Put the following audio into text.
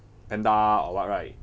panda or what right